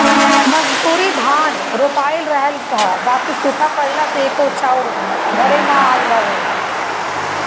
मंसूरी धान रोपाइल रहल ह बाकि सुखा पड़ला से एको चाउर घरे ना आइल हवे